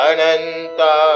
Ananta